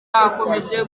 akomeje